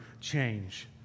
change